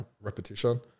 repetition